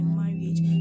marriage